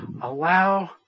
Allow